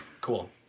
Cool